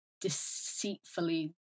deceitfully